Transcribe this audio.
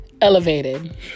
elevated